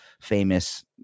famous